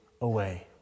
away